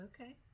Okay